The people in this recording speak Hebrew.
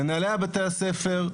מנהלי בתי הספר,